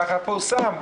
כך פורסם.